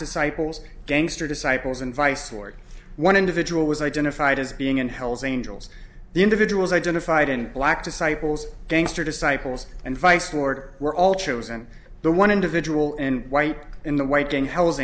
disciples gangster disciples and vice lord one individual was identified as being in hell's angels the individuals identified in black disciples gangster disciples and vice lord were all chosen the one individual and white in the white king hell's